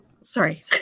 Sorry